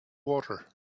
water